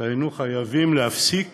שהיינו חייבים להפסיק